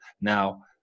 Now